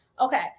Okay